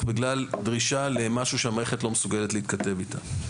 בגלל דרישה למשהו שהמערכת לא מסוגלת להתכתב איתו.